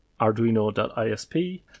Arduino.isp